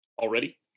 already